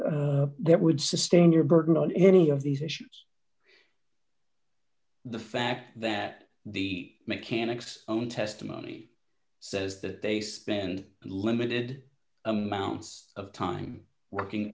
there would sustain your burden on any of these issues the fact that the mechanics own testimony says that they spend limited amounts of time working